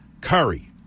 Curry